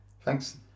Thanks